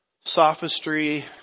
sophistry